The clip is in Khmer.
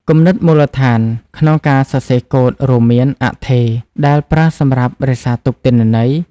គំនិតមូលដ្ឋានក្នុងការសរសេរកូដរួមមាន អថេរ ដែលប្រើសម្រាប់រក្សាទុកទិន្នន័យ។